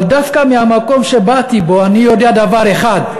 אבל דווקא מהמקום שבאתי ממנו אני יודע דבר אחד,